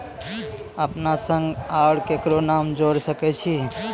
अपन संग आर ककरो नाम जोयर सकैत छी?